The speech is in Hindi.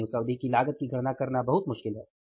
यानि उस अवधि की लागत की गणना करना बहुत मुश्किल है